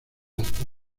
hasta